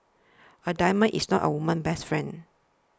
a diamond is not a woman's best friend